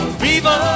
viva